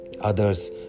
Others